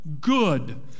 Good